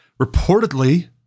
reportedly